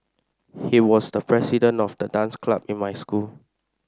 he was the president of the dance club in my school